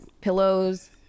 pillows